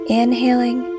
Inhaling